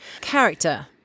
Character